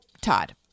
Todd